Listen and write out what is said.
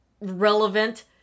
relevant